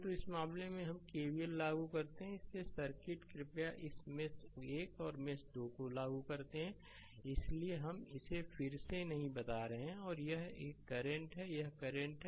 तो इस मामले में हम केवीएल लागू करते हैं इसलिए यह सर्किट कृपया इस मेष 1 और मेष 2 को लागू करते हैं इसलिए हम इसे फिर से नहीं बता रहे हैं और यह करंट है यह करंट है